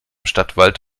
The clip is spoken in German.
stadtwald